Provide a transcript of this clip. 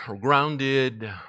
grounded